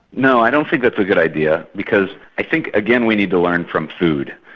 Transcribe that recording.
no, i don't think that's a good idea because i think, again, we need to learn from food.